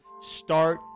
Start